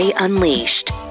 Unleashed